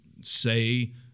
say